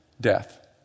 death